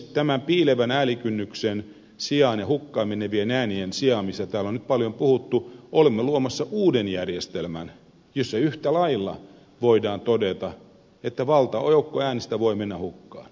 tämän piilevän äänikynnyksen sijaan ja hukkaan menevien äänien sijaan mistä täällä on nyt paljon puhuttu olemme luomassa uuden järjestelmän josta yhtä lailla voidaan todeta että joukko äänistä voi mennä hukkaan